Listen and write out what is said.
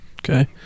Okay